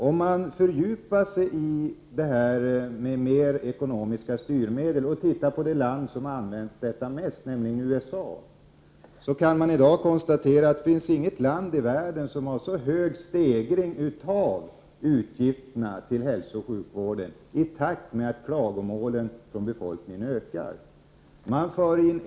Om man fördjupar sig i detta med mer ekonomiska styrmedel och ser på det land som har använt det mest, nämligen USA, kan man i dag konstatera att det inte finns något annat land i världen som har en så hög stegring av utgifterna till hälsooch sjukvården, i takt med att klagomålen från befolkningen ökar.